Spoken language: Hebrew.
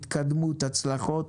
התקדמות, הצלחות.